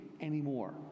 anymore